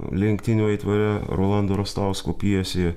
lenktynių aitvare rolando rastausko pjesėje